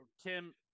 Tim